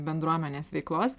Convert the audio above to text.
bendruomenės veiklos